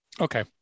Okay